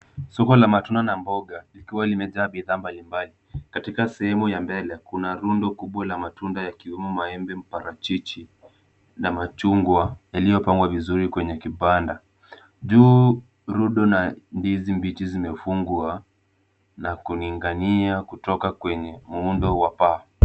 Soko la matunda na mboga, likiwa ni meza ya bidhaa mbalimbali. Katika sehemu ya mbele, kuna rundo kubwa wa matunda yasiyomo maembe mparachichi, na majungwa, yaliyopangwa vizuri kwenye kibaranda. Juu rudo na ndizi mbichi zimefungwa na kuningania kutoka kwenye muundo wa paa.